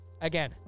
Again